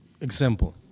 example